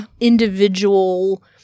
Individual